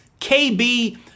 KB